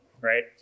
right